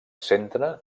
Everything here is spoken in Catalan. centre